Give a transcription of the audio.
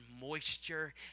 moisture